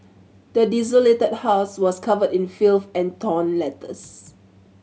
the desolated house was covered in filth and torn letters